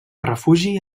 refugi